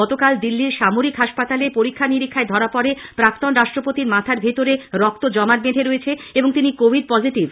গতকাল দিল্লির সামরিক হাসপাতালে পরীক্ষানিরীক্ষায় ধরা পড়ে প্রাক্তন রাষ্ট্রপতির মাথার ভিতরে রক্ত জমাট বেঁধে রয়েছে এবং তিনি কোভিড পজিটিভ